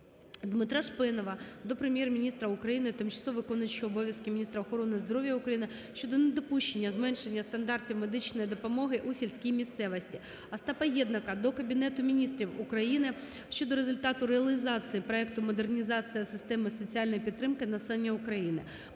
Дмитра Шпенова до Прем'єр-міністра України, тимчасово виконуючої обов'язки міністра охорони здоров'я України щодо недопущення зменшення стандартів медичної допомоги у сільській місцевості. Остапа Єднака до Кабінету Міністрів України щодо результату реалізації проекту "Модернізація системи соціальної підтримки населення України".